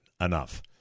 enough